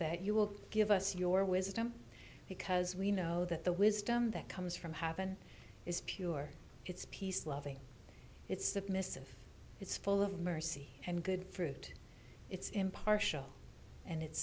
that you will give us your wisdom because we know that the wisdom that comes from happen is pure it's peace loving it's submissive it's full of mercy and good fruit it's impartial and it's